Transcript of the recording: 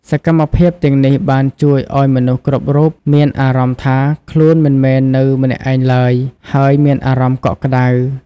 សកម្មភាពទាំងនេះបានជួយឱ្យមនុស្សគ្រប់រូបមានអារម្មណ៍ថាខ្លួនមិនមែននៅម្នាក់ឯងឡើយ ហើយមានអារម្មណ៍កក់ក្តៅ។